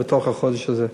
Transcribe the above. בתוך החודש הזה,